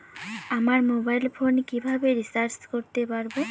আমার mobile phone কিভাবে recharge করতে পারব?